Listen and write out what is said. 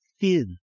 thin